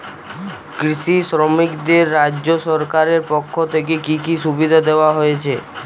কৃষি শ্রমিকদের রাজ্য সরকারের পক্ষ থেকে কি কি সুবিধা দেওয়া হয়েছে?